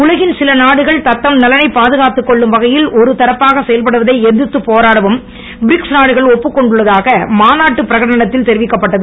உலகின் சில நாடுகள் தத்தம் நலனை பாதுகாத்துக் கொள்ளும் வகையில் ஒருதரப்பாக செயல்படுவதை எதிர்த்துப் போராடவும் பிரிக்ஸ் நாடுகள் ஒப்புக் கொண்டுள்ளதாக மாநாட்டுப் பிரகடனத்தில் தெரிவிக்கப்பட்டது